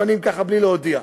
מפנים ככה בלי להודיע.